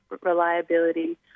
reliability